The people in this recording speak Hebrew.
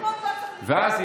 ואז,